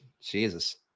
Jesus